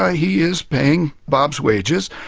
ah he is paying bob's wages.